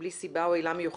בלי סיבה או עילה מיוחדת,